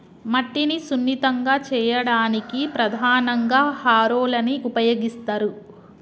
మట్టిని సున్నితంగా చేయడానికి ప్రధానంగా హారోలని ఉపయోగిస్తరు